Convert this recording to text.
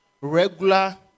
regular